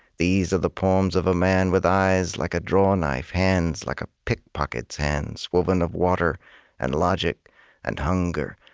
these are the poems of a man with eyes like a drawknife, hands like a pickpocket's hands, woven of water and logic and hunger,